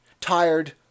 Tired